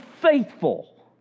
faithful